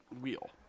wheel